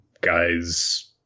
guys